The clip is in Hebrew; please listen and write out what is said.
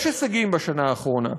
יש הישגים בשנה האחרונה,